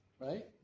Right